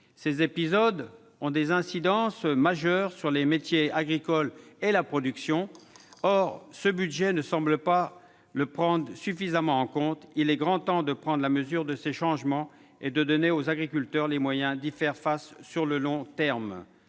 Ces épisodes ont des incidences majeures sur les métiers agricoles et la production. Ce budget ne semble pas faire suffisamment droit à cette réalité ; il est grand temps de prendre la mesure de ces changements et de donner aux agriculteurs les moyens d'y faire face sur le long terme.